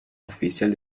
oficial